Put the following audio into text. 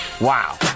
wow